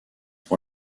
pour